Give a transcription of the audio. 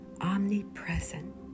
omnipresent